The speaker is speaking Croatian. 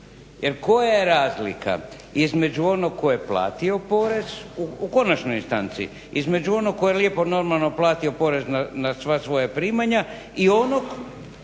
koja je razlika između onog tko je platio porez, u konačnoj instanci, između onog tko je lijepo normalno platio porez na sva svoja primanja i onog